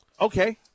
Okay